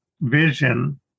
vision